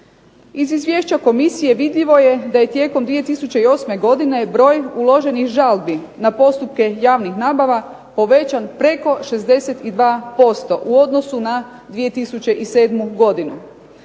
Iz Izvješća komisije vidljivo je da je tijekom 2008. godine broj uloženih žalbi na postupke javnih nabava povećan preko 62% u odnosu na 2007. godinu.